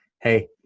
hey